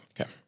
Okay